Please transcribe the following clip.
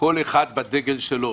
כל אחד בדגל שלו.